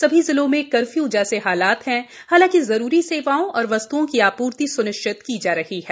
सभी जिलों में कर्फ्यू जैसे हालात हैं हालांकि जरूरी सेवाओं और वस्त्ओं की आपूर्ति स्निश्चित की जा रही है